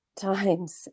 times